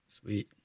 Sweet